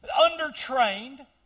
undertrained